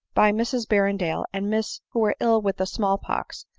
by mrs berren dale and miss who were ill with the small pox,